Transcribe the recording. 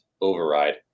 override